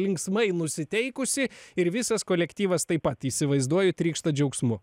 linksmai nusiteikusi ir visas kolektyvas taip pat įsivaizduoju trykšta džiaugsmu